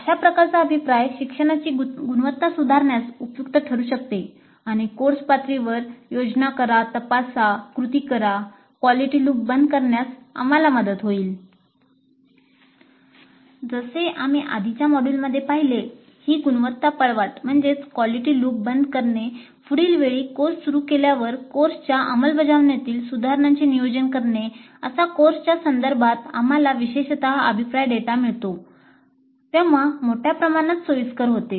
अशाप्रकारचा अभिप्राय शिक्षणाची गुणवत्ता सुधारण्यास उपयुक्त ठरू शकते आणि कोर्स पातळीवर योजना करा तपासा कृती करा अशा क्वालिटी लूप बंद करण्यास आम्हाला मदत होईल जसे आम्ही आधीच्या मॉड्यूलमध्ये पाहिले ही गुणवत्ता पळवाट बंद करणे पुढील वेळी कोर्स सुरू केल्यावर कोर्सच्या अंमलबजावणीतील सुधारणांचे नियोजन करणेअसा कोर्सच्या संदर्भात आम्हाला विशेषतः अभिप्राय डेटा मिळतो तेव्हा मोठ्या प्रमाणात सोयीस्कर होते